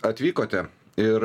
atvykote ir